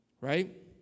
right